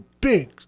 big